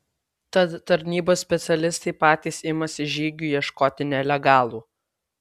tad tarnybos specialistai patys imasi žygių ieškoti nelegalų